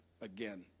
again